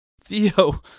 Theo